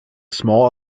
small